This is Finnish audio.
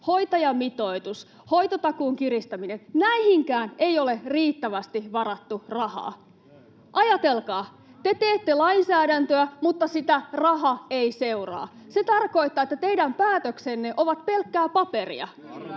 Hoitajamitoitus, hoitotakuun kiristäminen — näihinkään ei ole riittävästi varattu rahaa. [Petri Huru: Seuraava hallitus hoitaa!] Ajatelkaa: te teette lainsäädäntöä, mutta raha ei seuraa sitä. Se tarkoittaa, että teidän päätöksenne ovat pelkkää paperia.